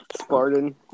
Spartan